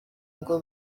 ngo